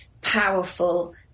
powerful